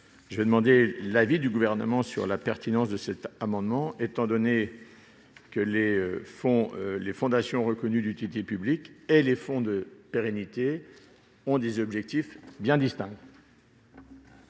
Je demande l'avis du Gouvernement sur la pertinence de ces amendements, étant donné que la fondation reconnue d'utilité publique et le fonds de pérennité ont des objectifs bien distincts.